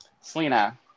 selena